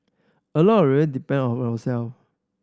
a lot really depend on yourself